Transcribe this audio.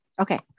Okay